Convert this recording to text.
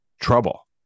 trouble